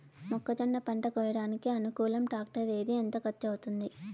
మొక్కజొన్న పంట కోయడానికి అనుకూలం టాక్టర్ ఏది? ఎంత ఖర్చు అవుతుంది?